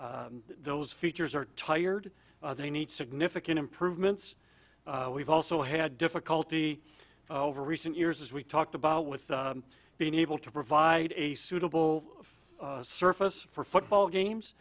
those features are tired they need significant improvements we've also had difficulty over recent years as we talked about with being able to provide a suitable surface for football games